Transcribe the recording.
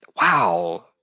wow